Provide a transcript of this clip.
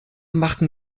machten